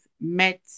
met